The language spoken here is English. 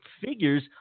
figures